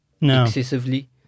excessively